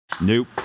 Nope